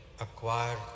acquire